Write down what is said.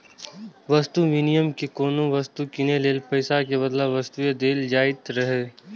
वस्तु विनिमय मे कोनो वस्तु कीनै लेल पैसा के बदला वस्तुए देल जाइत रहै